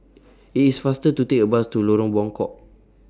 IT IS faster to Take A Bus to Lorong Buangkok